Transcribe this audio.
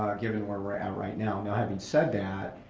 given where we're at right now. having said that,